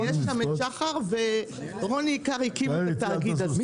ויש שם את שחר ורוני עיקר הקימו את התאגיד הזה.